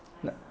na~